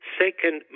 second